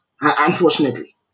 unfortunately